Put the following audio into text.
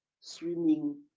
swimming